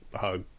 hug